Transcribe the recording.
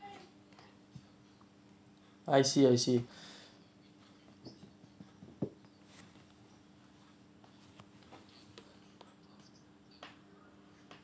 I see I see